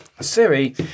Siri